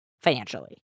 financially